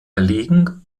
erlegen